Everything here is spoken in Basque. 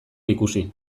ikusi